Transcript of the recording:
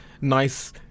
nice